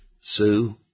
Sue